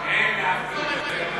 ההצעה להסיר את